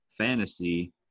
fantasy